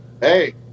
Hey